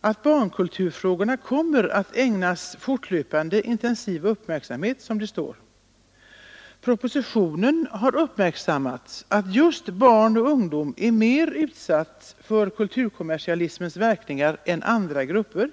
att barnkulturfrågorna kommer att ägnas fortlöpande intensiv uppmärksamhet, som det står i betänkandet. Propositionen har uppmärksammat att just barn och ungdom är mer utsatta för kulturkommersialismens verkningar än andra grupper.